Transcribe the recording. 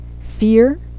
fear